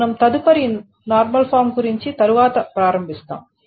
మనం తదుపరి normal form గురించి తరువాత ప్రారంభిస్తాము